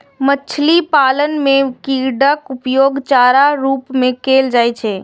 मछली पालन मे कीड़ाक उपयोग चारा के रूप मे कैल जाइ छै